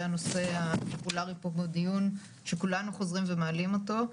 הנושא הפופולארי פה בדיון שכולנו חוזרים ומעלים אותו,